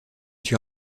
suis